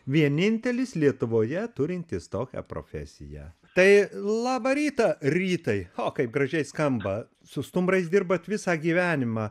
vienintelis lietuvoje turintis tokią profesiją tai labą rytą rytai o kaip gražiai skamba su stumbrais dirbat visą gyvenimą